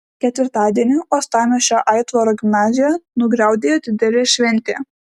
ketvirtadienį uostamiesčio aitvaro gimnazijoje nugriaudėjo didelė šventė